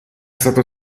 stato